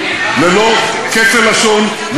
ללא כפל לשון,